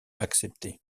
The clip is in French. accepté